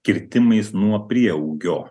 kirtimais nuo prieaugio